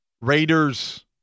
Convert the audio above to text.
Raiders